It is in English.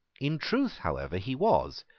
in truth however he was,